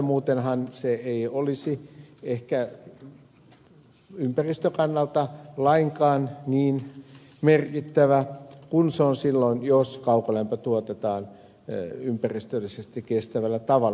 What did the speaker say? muutenhan liittyminen ei olisi ympäristön kannalta lainkaan niin merkittävää kuin se on silloin jos kaukolämpö tuotetaan ympäristöllisesti kestävällä tavalla